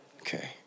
okay